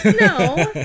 No